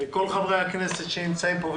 כל חברי הכנסת שנמצאים פה,